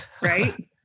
Right